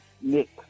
Nick